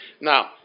Now